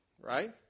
right